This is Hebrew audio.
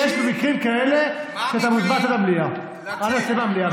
למה לצאת?